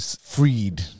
freed